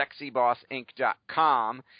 SexyBossInc.com